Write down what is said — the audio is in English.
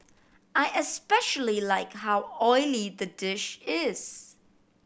I especially like how oily the dish is